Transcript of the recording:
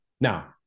Now